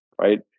right